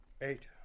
Eight